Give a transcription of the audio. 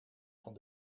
van